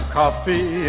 coffee